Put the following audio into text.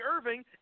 Irving